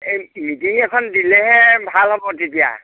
এই মিটিং এখন দিলেহে ভাল হ'ব তেতিয়া